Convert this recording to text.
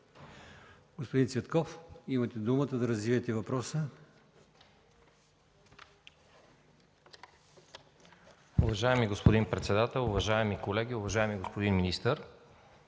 Господин Цветков, имате думата да развиете Вашия въпрос.